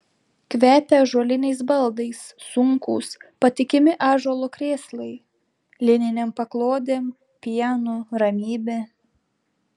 kvepia ąžuoliniais baldais sunkūs patikimi ąžuolo krėslai lininėm paklodėm pienu ramybe